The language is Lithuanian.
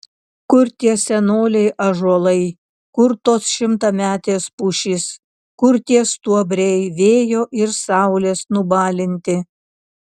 kur tie senoliai ąžuolai kur tos šimtametės pušys kur tie stuobriai vėjo ir saulės nubalinti